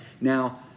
Now